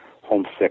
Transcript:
homesick